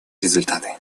результаты